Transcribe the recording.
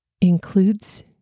includes